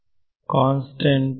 ವಿದ್ಯಾರ್ಥಿ ಕಾನ್ಸ್ಟೆಂಟ್